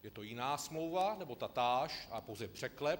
Je to jiná smlouva, nebo tatáž, ale pouze překlep?